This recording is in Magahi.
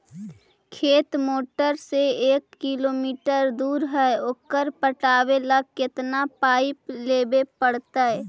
खेत मोटर से एक किलोमीटर दूर है ओकर पटाबे ल केतना पाइप लेबे पड़तै?